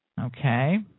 Okay